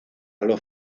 los